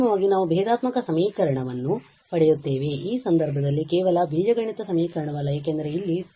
ಅಂತಿಮವಾಗಿ ನಾವು ಈ ಭೇದಾತ್ಮಕ ಸಮೀಕರಣವನ್ನು ಪಡೆಯುತ್ತೇವೆ ಈ ಸಂದರ್ಭದಲ್ಲಿ ಕೇವಲ ಬೀಜಗಣಿತ ಸಮೀಕರಣವಲ್ಲ ಏಕೆಂದರೆ ಅಲ್ಲಿ ಈ t